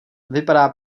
vypadá